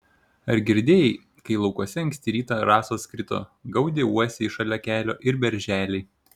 ar girdėjai kai laukuose anksti rytą rasos krito gaudė uosiai šalia kelio ir berželiai